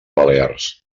balears